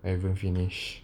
I haven't finish